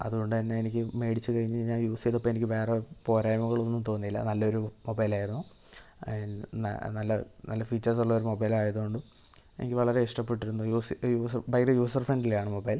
അതുകൊണ്ട് തന്നെ എനിക്ക് മേടിച്ച് കഴിഞ്ഞ് ഞാൻ യൂസ് ചെയ്തപ്പം എനിക്ക് വേറെ പോരായ്മകളൊന്നും തോന്നീല്ല നല്ലൊരു മൊബൈൽ ആയിരുന്നു നല്ലത് നല്ല ഫീച്ചേർസ് ഉള്ളൊരു മൊബൈൽ ആയതുകൊണ്ടും എനിക്ക് വളരെ ഇഷ്ടപ്പെട്ടിരുന്നു use user by the user friendly ആണ് മൊബൈൽ